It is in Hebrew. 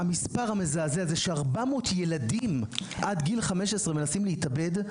המספר המזעזע הזה ש-400 ילדים עד גיל 15 מנסים להתאבד,